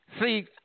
See